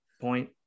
point